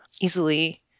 easily